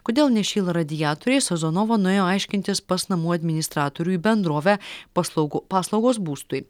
kodėl nešyla radiatoriai sazonova nuėjo aiškintis pas namų administratorių į bendrovę paslaug paslaugos būstui